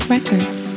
Records